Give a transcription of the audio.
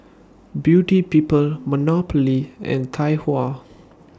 Beauty People Monopoly and Tai Hua